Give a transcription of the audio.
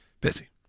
Busy